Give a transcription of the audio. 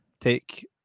take